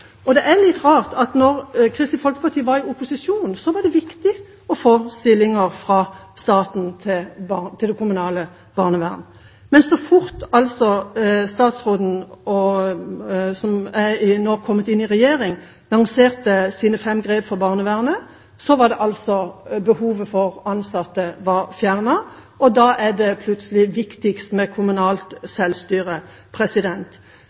planer. Det er litt rart at da Kristelig Folkeparti var i opposisjon, var det viktig å få stillinger fra staten til det kommunale barnevernet, men så fort statsråden som nå er kommet inn i regjering, lanserte sine fem grep for barnevernet, var behovet for ansatte fjernet. Da er det plutselig viktigst med kommunalt